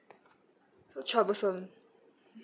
so troublesome